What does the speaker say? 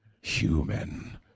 Human